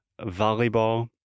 volleyball